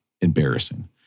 Embarrassing